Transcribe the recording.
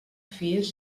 fies